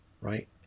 right